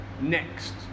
next